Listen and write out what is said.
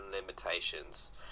limitations